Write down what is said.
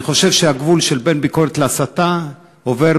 אני חושב שהגבול בין ביקורת להסתה עובר